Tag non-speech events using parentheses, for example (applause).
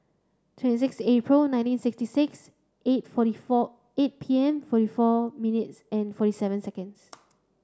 twenty six April nineteen sixty six eight forty four eight P M forty four minutes and forty seven seconds (noise)